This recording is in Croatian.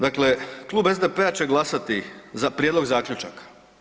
Dakle, klub SDp-a će glasati za prijedlog zaključaka.